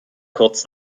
kurz